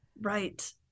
Right